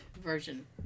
version